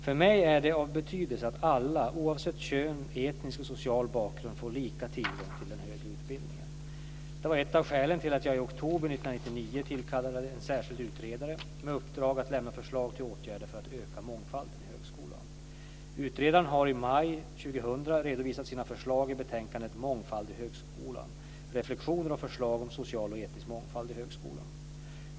För mig är det av betydelse att alla oavsett kön, etnisk och social bakgrund får lika tillgång till den högre utbildningen. Detta var ett av skälen till att jag i oktober 1999 tillkallade en särskild utredare med uppdrag att lämna förslag till åtgärder för att öka mångfalden i högskolan. Utredaren har i maj 2000 redovisat sina förslag i betänkandet Mångfald i högskolan - reflexioner och förslag om social och etnisk mångfald i högskolan .